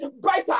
brighter